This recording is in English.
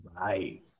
Right